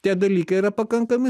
tie dalykai yra pakankami